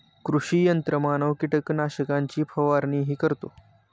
कृषी यंत्रमानव कीटकनाशकांची फवारणीही करतो